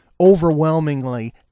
overwhelmingly